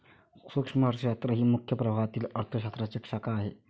सूक्ष्म अर्थशास्त्र ही मुख्य प्रवाहातील अर्थ शास्त्राची एक शाखा आहे